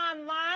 online